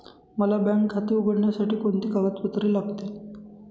मला बँक खाते उघडण्यासाठी कोणती कागदपत्रे लागतील?